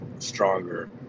stronger